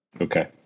Okay